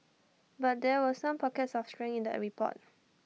but there were some pockets of strength in the an report